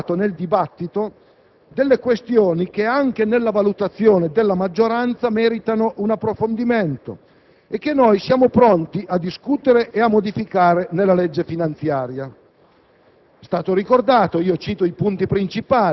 come hanno ricordato i relatori, abbiamo individuato nel dibattito questioni che anche nella valutazione della maggioranza meritano un approfondimento e che siamo pronti a discutere e a modificare nella legge finanziaria.